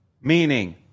meaning